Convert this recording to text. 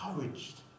encouraged